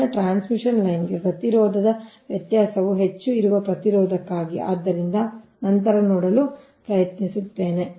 ನಿಮ್ಮ ಟ್ರಾನ್ಸ್ಮಿಷನ್ ಲೈನ್ಗೆ ಪ್ರತಿರೋಧದ ವ್ಯತ್ಯಾಸವು ಹೆಚ್ಚು ಇರುವ ಪ್ರತಿರೋಧಕ್ಕಾಗಿ ಆದ್ದರಿಂದ ನಂತರ ನೋಡಲು ಪ್ರಯತ್ನಿಸುತ್ತೇನೆ